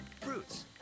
fruits